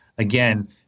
Again